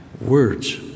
Words